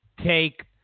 Take